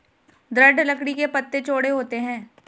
दृढ़ लकड़ी के पत्ते चौड़े होते हैं